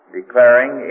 declaring